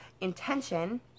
intention